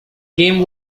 game